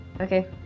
Okay